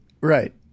right